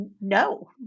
no